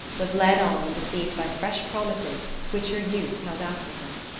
was led on and deceived by fresh promises which her youth held out to her.